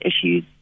issues